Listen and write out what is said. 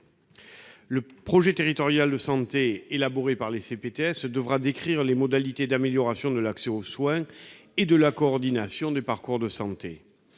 Le projet territorial de santé élaboré par les CPTS devra décrire les modalités d'amélioration de l'accès aux soins et de la coordination des parcours de santé.